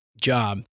job